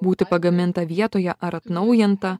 būti pagaminta vietoje ar atnaujinta